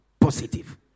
positive